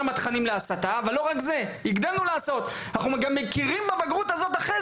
אנחנו מגדילים לעשות ומכירים בבגרות שלהם כדי